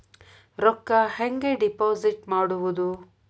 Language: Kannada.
ರೊಕ್ಕ ಹೆಂಗೆ ಡಿಪಾಸಿಟ್ ಮಾಡುವುದು?